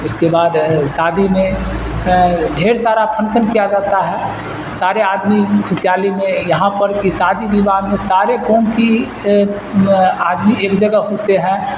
اس کے بعد شادی میں ڈھیر سارا فنسن کیا جاتا ہے سارے آدمی خوشحالی میں یہاں پر کی شادی وواہ میں سارے قوم کی آدمی ایک جگہ ہوتے ہیں